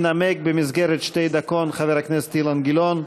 ינמק, במסגרת שתי דקות, חבר הכנסת אילן גילאון.